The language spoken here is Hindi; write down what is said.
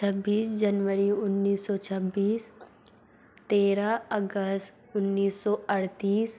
छब्बीस जनवरी उन्नीस सौ छब्बीस तेरह अगस उन्नीस सौ अड़तीस